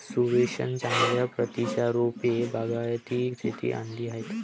सुरेशने चांगल्या प्रतीची रोपे बागायती शेतीत आणली आहेत